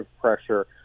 pressure